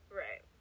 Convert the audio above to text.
right